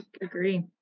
Agree